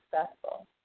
successful